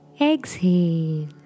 Exhale